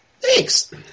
Thanks